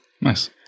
Nice